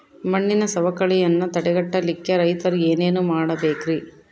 ಮಣ್ಣಿನ ಸವಕಳಿಯನ್ನ ತಡೆಗಟ್ಟಲಿಕ್ಕೆ ರೈತರು ಏನೇನು ಮಾಡಬೇಕರಿ?